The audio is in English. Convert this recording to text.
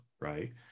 right